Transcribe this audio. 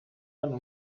hano